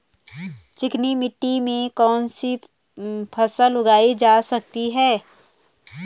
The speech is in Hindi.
चिकनी मिट्टी में कौन सी फसल उगाई जा सकती है?